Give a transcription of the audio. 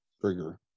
Trigger